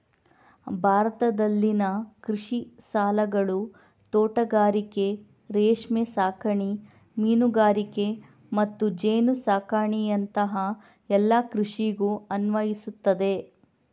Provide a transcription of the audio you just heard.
ಭಾರತದಲ್ಲಿನ ಕೃಷಿ ಸಾಲಗಳು ತೋಟಗಾರಿಕೆ, ರೇಷ್ಮೆ ಸಾಕಣೆ, ಮೀನುಗಾರಿಕೆ ಮತ್ತು ಜೇನು ಸಾಕಣೆಯಂತಹ ಎಲ್ಲ ಕೃಷಿಗೂ ಅನ್ವಯಿಸ್ತದೆ